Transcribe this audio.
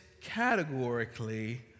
categorically